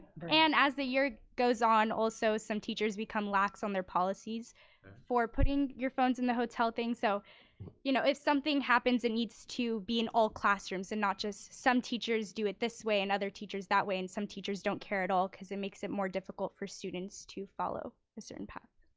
and as the year goes on also some teachers become lax on their policies for putting your phones in the hotel thing, so you know if something happens, it needs to be in all classrooms and not just some teachers do it this way and other teachers that way and some teachers don't care at all cause it makes it more difficult for students to follow a certain path.